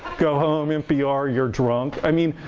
go home, npr, you're drunk. i mean,